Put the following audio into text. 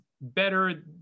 better